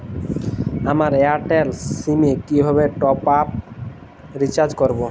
আমার Airtel SIM এ কিভাবে টপ আপ রিচার্জ করবো?